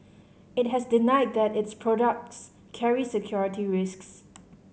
it has denied that its products carry security risks